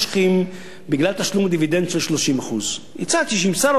תשלום הדיבידנד של 30%. הצעתי שאם שר האוצר רוצה להיות נדיב,